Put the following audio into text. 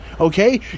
Okay